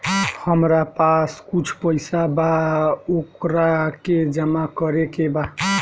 हमरा पास कुछ पईसा बा वोकरा के जमा करे के बा?